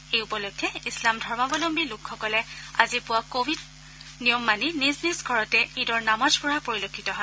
এই উপলক্ষে ইছলাম ধৰ্মৱলম্বী লোকসকলে আজি পুৱা কোৱিড নিয়ম মানি নিজ নিজ ঘৰতে ঈদৰ নামাজ পঢ়া পৰিলক্ষিত হয়